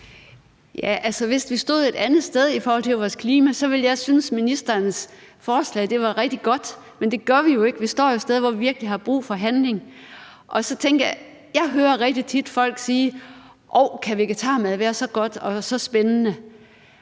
hvis vi stod et andet sted i forhold til vores klima, ville jeg synes, at ministerens forslag var rigtig godt, men det gør vi jo ikke. Vi står jo et sted, hvor vi virkelig har brug for handling. Og så tænker jeg, at jeg rigtig tit hører folk sige: Orv, kan vegetarmad være så godt og så spændende?